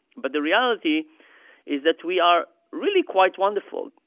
but the reality is that we are really quite wonderful.